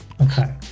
okay